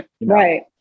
right